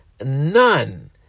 none